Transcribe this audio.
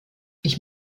ich